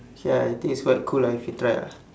ya I think it's quite cool ah if you try ah